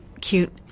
cute